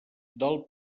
del